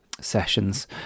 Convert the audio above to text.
sessions